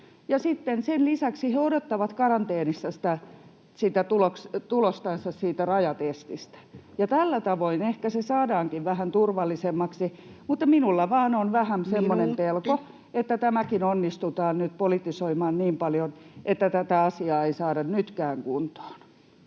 sen lisäksi he odottavat karanteenissa sitä tulostansa siitä rajatestistä. Tällä tavoin ehkä se saadaankin vähän turvallisemmaksi, mutta minulla vain on vähän semmoinen pelko, [Puhemies: Minuutti!] että tämäkin onnistutaan nyt politisoimaan niin paljon, että tätä asiaa ei saada nytkään kuntoon.